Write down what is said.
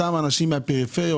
אותם אנשים מן הפריפריה,